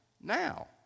Now